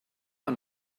und